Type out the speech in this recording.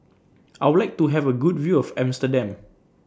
I Would like to Have A Good View of Amsterdam